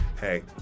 hey